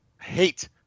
hate